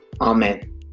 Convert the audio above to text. Amen